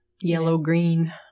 Yellow-green